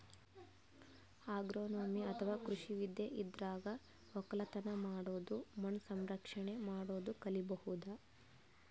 agronomy ಅಥವಾ ಕೃಷಿ ವಿದ್ಯೆ ಇದ್ರಾಗ್ ಒಕ್ಕಲತನ್ ಮಾಡದು ಮಣ್ಣ್ ಸಂರಕ್ಷಣೆ ಮಾಡದು ಕಲಿಬಹುದ್